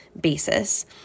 basis